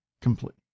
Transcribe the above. complete